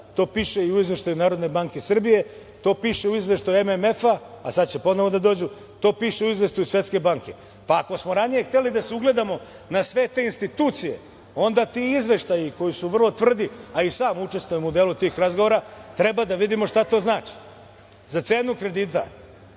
to piše i u izveštaju Narodne Banke Srbije, to piše u izveštaju MMF-a, a sada će ponovo da dođu, to piše i u izveštaju Svetske banke. Ako smo ranije hteli da se ugledamo na sve te institucije, onda ti izveštaji koji su vrlo tvrdi, a i sam učestvujem u delu tih razgovora, treba da vidimo šta to znači za cenu